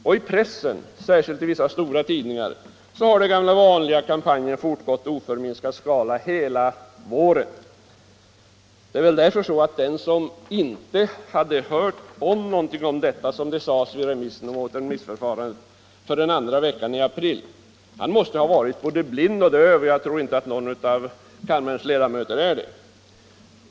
Och i pressen, särskilt i vissa stora tidningar, har den gamla vanliga kampanjen fortgått i oförminskad skala hela våren. Det är väl därför så, att den som inte hade hört någonting om detta förrän andra veckan i april, såsom det sades vid återremissen, måste ha varit både blind och döv, och jag tror inte att någon av kammarens ledamöter är det.